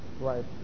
Right